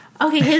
Okay